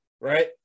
right